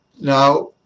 Now